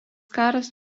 karas